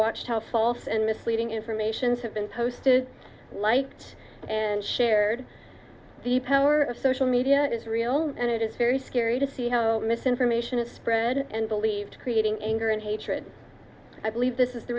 watched how false and misleading informations have been posted light and shared the power of social media is real and it is very scary to see how misinformation is spread and believed creating anger and hatred i believe this is the